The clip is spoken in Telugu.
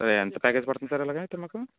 సార్ ఎంత ప్యాకేజ్ పడుతుంది సార్ అలాగ అయితే మాకు